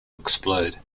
explode